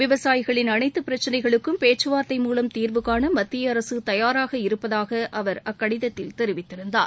விவசாயிகளின் அனைத்து பிரச்சனைகளுக்கும் பேச்சு வார்த்தை மூவம் தீர்வு காண மத்திய அரசு தயாராக இருப்பதாக அவர் அக்கடிதத்தில் தெரிவித்திருந்தார்